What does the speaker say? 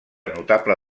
notable